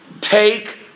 Take